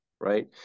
right